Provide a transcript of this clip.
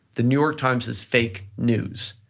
the new york times is fake news.